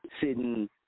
sitting